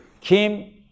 Kim